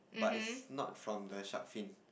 but is not from the shark fin